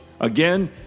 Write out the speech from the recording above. Again